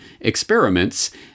experiments